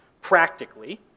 practically